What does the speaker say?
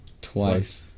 twice